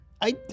I-